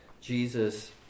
Jesus